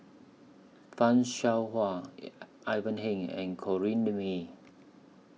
fan Shao Hua Yi Ivan Heng and Corrinne May